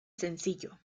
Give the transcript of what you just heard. sencillo